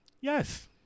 Yes